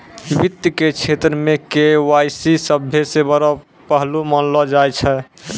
वित्त के क्षेत्र मे के.वाई.सी सभ्भे से बड़ो पहलू मानलो जाय छै